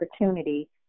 opportunity